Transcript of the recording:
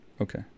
okay